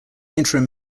interim